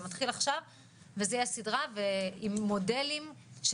זה מתחיל עכשיו וזו תהיה סדרה עם מודלים של